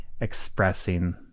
expressing